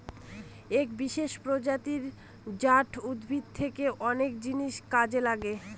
এক বিশেষ প্রজাতি জাট উদ্ভিদ থেকে অনেক জিনিস কাজে লাগে